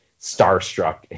starstruck